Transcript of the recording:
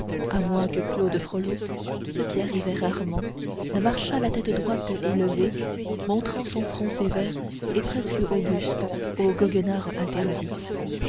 à moins que claude frollo ce qui arrivait rarement ne marchât la tête droite et levée montrant son front sévère et presque auguste aux goguenards interdits